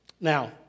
Now